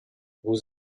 vos